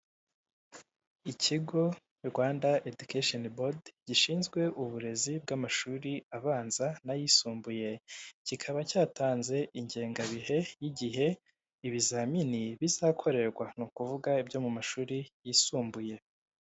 Ikigo rwanda edukasheni bodi gishinzwe uburezi bw'amashuri abanza n'ayisumbuye kikaba cyatanze ingengabihe y'igihe ibizamini bizakorerwa ni ukuvuga ibyo mu mashuri yisumbuye.